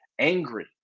angry